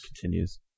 continues